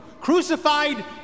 crucified